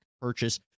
purchase